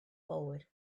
forward